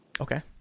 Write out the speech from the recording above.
Okay